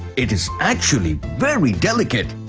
it is actually very delicate.